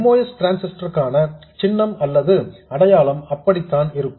MOS transistor க்கான சின்னம் அல்லது அடையாளம் அப்படித்தான் இருக்கும்